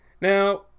Now